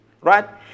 Right